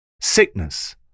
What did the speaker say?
sickness